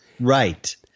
Right